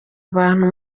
abantu